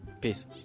Peace